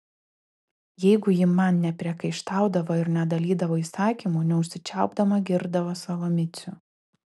jeigu ji man nepriekaištaudavo ir nedalydavo įsakymų neužsičiaupdama girdavo savo micių